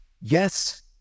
yes